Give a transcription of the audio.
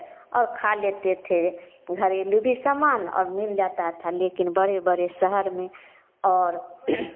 और खा लेते थे घरेलू भी सामान और मिल जाता था लेकिन बड़े बड़े शहर में और